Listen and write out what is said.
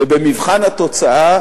ובמבחן התוצאה